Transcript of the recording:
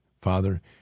father